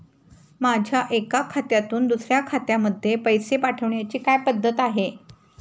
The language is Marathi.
माझ्या एका खात्यातून दुसऱ्या खात्यामध्ये पैसे पाठवण्याची काय पद्धत आहे?